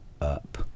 up